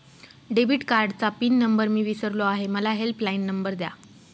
debit कार्डचा pin number मी विसरलो आहे मला हेल्पलाइन नंबर द्या